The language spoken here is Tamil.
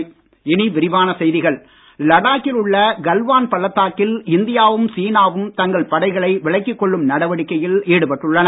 முகாம்கள் லடாக்கில் உள்ள கல்வான் பள்ளத்தாக்கில் இந்தியாவும் சீனாவும் தங்கள் படைகளை விலக்கிக் கொள்ளும் நடவடிக்கையில் ஈடுபட்டுள்ளன